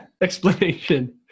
explanation